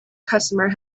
customer